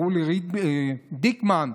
רולי דיקמן,